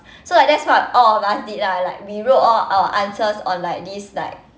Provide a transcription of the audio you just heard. so like that's what all of us did lah like we wrote all our answers on like this like